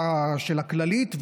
הכללית,